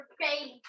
face